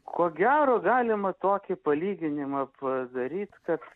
ko gero galima tokį palyginimą padaryt kad